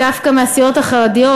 דווקא מהסיעות החרדיות,